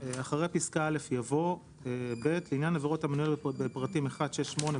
אחרי פסקה (א) יבוא: "(ב) לעניין עבירות המנויות בפרטים 6,1,